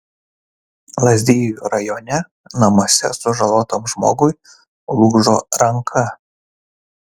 lazdijų rajone namuose sužalotam žmogui lūžo ranka